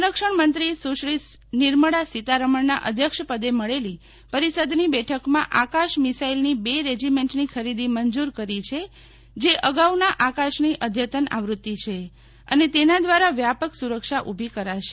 સંરક્ષણ મંત્રી સુશ્રી નિર્મળા સીતારમણના અધ્યક્ષપદે મળેલી પરિષદની બેઠકમાં આકાશ મિસાઈલની બે રેજીમેન્ટની ખરીદી મંજુર કરી છે જે અગાઉના આકાશની અધ્યતન આવૃતિ છે અને તેના દ્વારા વ્યાપક સુરક્ષા ઉભી કરાશે